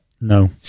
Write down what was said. No